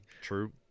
True